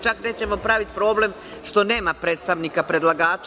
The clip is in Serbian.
Čak nećemo praviti problem što nema predstavnika predlagača.